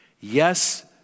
Yes